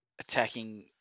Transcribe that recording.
attacking